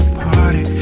party